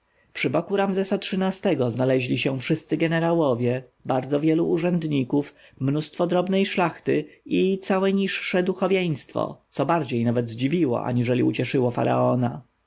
przy boku ramzesa xiii-go znaleźli się wszyscy jenerałowie bardzo wielu urzędników mnóstwo drobnej szlachty i całe niższe duchowieństwo co bardziej nawet zdziwiło aniżeli ucieszyło faraona